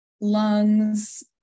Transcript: lungs